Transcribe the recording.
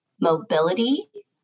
mobility